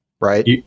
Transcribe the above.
right